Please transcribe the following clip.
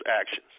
actions